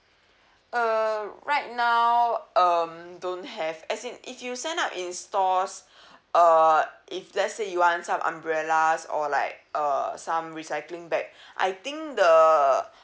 uh right now um don't have as in if you sign up in stores uh if let's say you want some umbrellas or like uh some recycling bag I think the